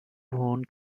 hohen